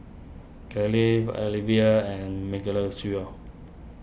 Kathlene Alivia and